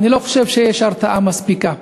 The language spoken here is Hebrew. אני לא חושב שיש הרתעה מספיקה.